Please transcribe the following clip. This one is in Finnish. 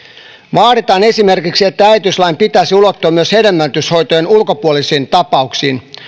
vaaditaan esimerkiksi että äitiyslain pitäisi ulottua myös hedelmöityshoitojen ulkopuolisiin tapauksiin